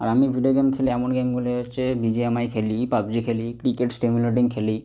আর আমি video game খেলি এমন গেমগুলি হচ্ছে বিজেএমআই খেলি পাবজি খেলি ক্রিকেট স্টিম লোডিং খেলি